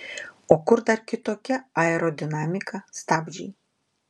o kur dar kitokia aerodinamika stabdžiai